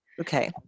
okay